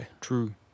True